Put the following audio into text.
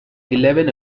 eleven